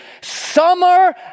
Summer